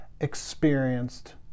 experienced